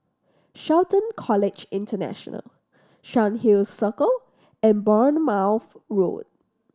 Shelton College International Cairnhill Circle and Bournemouth Road